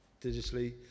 digitally